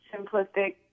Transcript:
simplistic